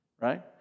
right